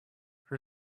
her